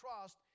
trust